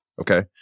Okay